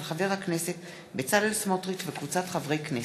של חבר הכנסת בצלאל סמוטריץ וקבוצת חברי הכנסת.